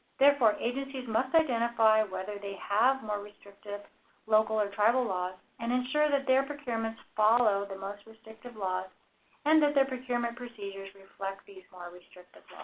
therefore, agencies must identify whether they have more restrictive local or tribal laws and ensure that their procurements follow the most restrictive laws and that their procurement procedures reflect these more restrictive